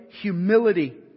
humility